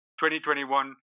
2021